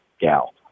gal